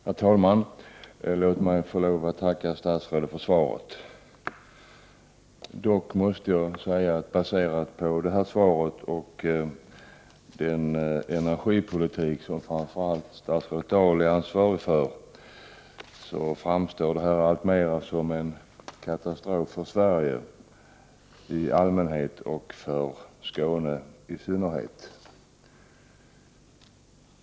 Herr talman! Låt mig tacka statsrådet för svaret. Baserat på det här svaret måste jag dock säga att den energipolitik som framför allt statsrådet Dahl är ansvarig för alltmer framstår som en katastrof för Sverige i allmänhet och för Skåne i synnerhet.